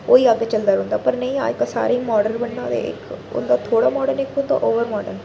ओह् ही अग्गें चलदा रौंह्दा पर नेईं अज्जकल सारें गी मार्डन बनना ते इक उं'दा थोह्ड़ा मार्डन होंदा इक होंदा ओवर मार्डन